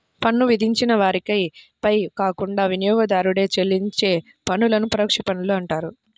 పన్ను విధించిన వారిపై కాకుండా వినియోగదారుడే చెల్లించే పన్నులను పరోక్ష పన్నులు అంటారు